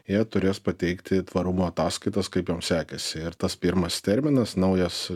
jie turės pateikti tvarumo ataskaitas kaip jom sekėsi ir tas pirmas terminas naujas